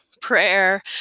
prayer